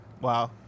wow